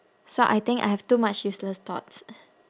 so I think I have too much useless thoughts